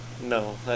No